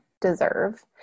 deserve